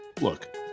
Look